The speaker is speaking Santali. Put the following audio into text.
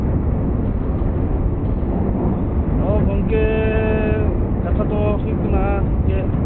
ᱚ ᱜᱚᱝᱠᱮ ᱠᱟᱛᱷᱟ ᱫᱚ ᱦᱩᱭᱩᱜ ᱠᱟᱱᱟ ᱡᱮ